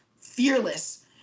fearless